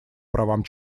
правам